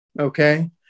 okay